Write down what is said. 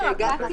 הישיבה ננעלה